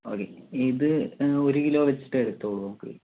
ഒക്കെ ഇത് ഒരു കിലോ വെച്ചിട്ട് കിട്ടുമല്ലൊ നമുക്ക്